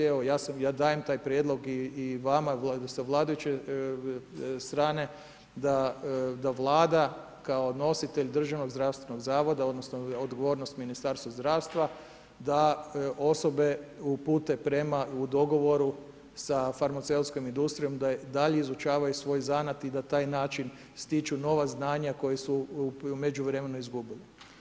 Evo, ja dajem taj prijedlog i vama sa vladajuće strane da Vlada kao nositelj Državnog zdravstvenog zavoda odnosno odgovornost Ministarstva zdravstva da osobe upute prema u dogovoru sa farmaceutskom industrijom da dalje izučavaju svoj zanat i na taj način stječu nova znanja koja su u međuvremenu izgubili.